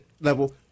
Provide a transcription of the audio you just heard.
level